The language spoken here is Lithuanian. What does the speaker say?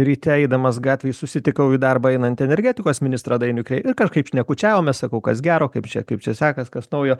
ryte eidamas gatvėj susitikau į darbą einantį energetikos ministrą dainių kreivį ir kažkaip šnekučiavomės sakau kas gero kaip čia kaip čia sekas kas naujo